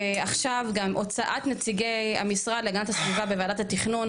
ועכשיו גם הוצאת נציגי המשרד להגנת הסביבה בוועדת התכנון,